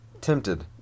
tempted